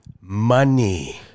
Money